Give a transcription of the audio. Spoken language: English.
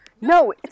no